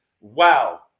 wow